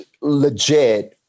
legit